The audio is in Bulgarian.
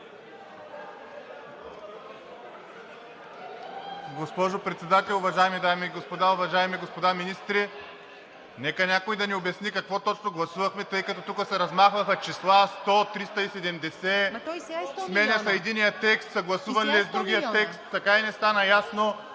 Госпожо Председател, уважаеми дами и господа, уважаеми господа министри! Нека някой да ни обясни какво точно гласувахме, тъй като тук се размахваха числа – 100, 370, сменя се единият текст, съгласуван ли е с другия текст… Така и не стана ясно